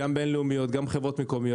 בין לאומיות ומקומיות,